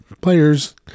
players